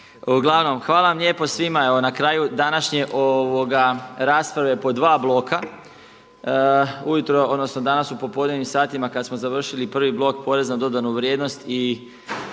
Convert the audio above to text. Uglavnom, hvala vam lijepo svima. Evo na kraju današnje rasprave po dva bloka. Ujutro, odnosno danas u popodnevnim satima kad smo završili prvi blok porez na dodanu vrijednost i